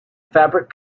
fabric